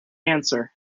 answer